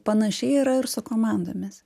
panašiai yra ir su komandomis